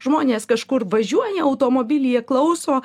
žmonės kažkur važiuoja automobilyje klauso